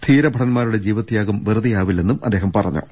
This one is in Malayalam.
ധീര ഭടന്മാരുടെ ജീവത്യാഗം വെറുതെയാവില്ലെന്നും അദ്ദേഹം പറഞ്ഞു